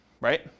right